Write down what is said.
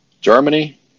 Germany